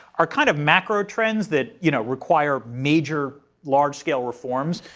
are kind of macro trends that you know require major large scale reforms.